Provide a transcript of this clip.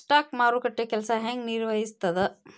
stock ಮಾರುಕಟ್ಟೆ ಕೆಲ್ಸ ಹೆಂಗ ನಿರ್ವಹಿಸ್ತದ